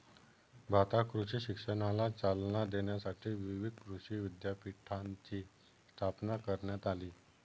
भारतात कृषी शिक्षणाला चालना देण्यासाठी विविध कृषी विद्यापीठांची स्थापना करण्यात आली